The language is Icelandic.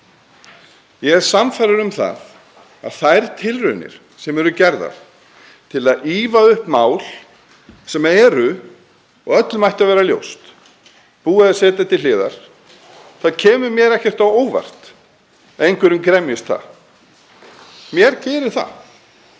Ég er sannfærður um að þær tilraunir sem eru gerðar til að ýfa upp mál, sem er, og öllum ætti að vera það ljóst, búið að setja til hliðar, og það kemur mér ekkert á óvart að einhverjum gremjist það (Forseti